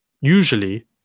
usually